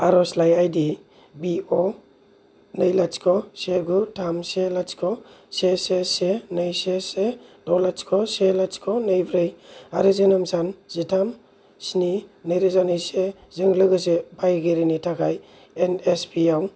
आर'जलाइ आईडी बि अ नै लाथिख' से गु थाम से लाथिख' से से से नै से से द' लाथिख' से लाथिख' नै ब्रै आरो जोनोम सान जिथाम स्नि नैरोजा नैजिसे जों लोगोसे बाहायगिरिनि थाखाय एन एस पि आव